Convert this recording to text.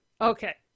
Okay